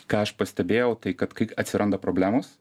ką aš pastebėjau tai kad kai atsiranda problemos